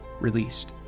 released